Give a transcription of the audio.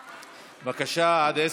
50. הצעת החוק לא עברה,